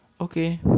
Okay